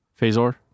phasor